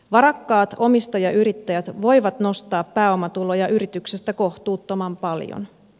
varakkaat omistajayrittäjät voivat nostaa pääomatuloja yrityksestä kohtuuttoman paljon